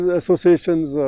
associations